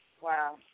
Wow